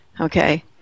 okay